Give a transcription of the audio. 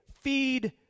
feed